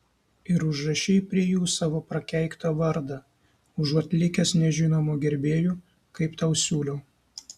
ir užrašei prie jų savo prakeiktą vardą užuot likęs nežinomu gerbėju kaip tau siūliau